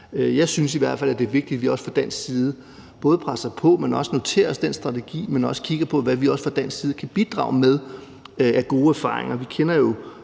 Jeg synes i hvert fald, at det er vigtigt, at vi også fra dansk side både presser på og noterer os den strategi, men også kigger på, hvad vi fra dansk side kan bidrage med af gode erfaringer.